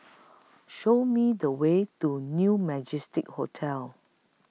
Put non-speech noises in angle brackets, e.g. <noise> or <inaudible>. <noise> Show Me The Way to New Majestic Hotel